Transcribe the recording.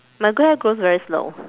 my grey hair grows very slow